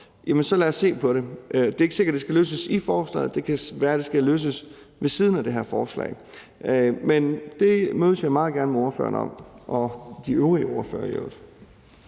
så lad os se på det. Det er ikke sikkert, at det skal løses i forslaget – det kan være, at det skal løses ved siden af det her forslag. Men det mødes jeg meget gerne med ordføreren og de øvrige ordførere om.